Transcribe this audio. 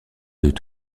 deux